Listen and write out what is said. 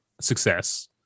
success